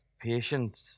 patience